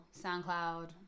SoundCloud